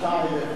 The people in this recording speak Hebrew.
רואים שאתה עייף.